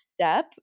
step